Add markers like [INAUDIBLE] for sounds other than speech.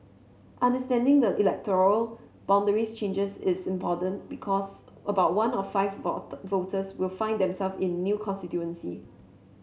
understanding the electoral boundaries changes is important because about one of five [UNINTELLIGIBLE] voters will find them self in new constituency